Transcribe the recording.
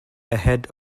ahead